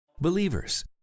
Believers